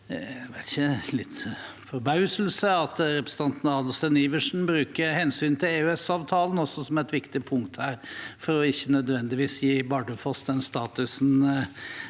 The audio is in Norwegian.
Jeg ser også til litt forbauselse at representanten Adelsten Iversen bruker hensynet til EØS- avtalen som et viktig punkt for ikke nødvendigvis å gi Bardufoss den statusen